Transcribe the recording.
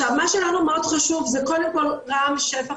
מה שלנו מאוד חשוב זה קודם כל רם שפע,